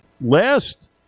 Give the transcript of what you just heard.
last